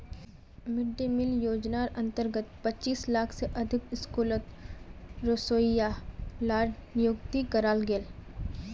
mid day meal योज्नार अंतर्गत पच्चीस लाख से अधिक स्कूलोत रोसोइया लार नियुक्ति कराल गेल